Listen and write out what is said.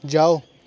ਜਾਓ